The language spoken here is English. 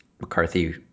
McCarthy